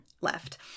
left